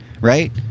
right